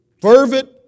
fervent